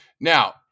Now